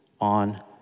on